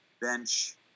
bench